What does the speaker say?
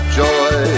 joy